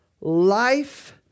life